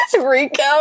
Rico